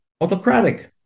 autocratic